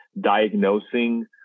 diagnosing